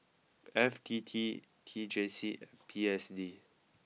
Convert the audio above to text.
F T T T J C and P S D